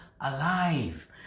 alive